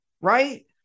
right